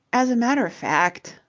as a matter of fact,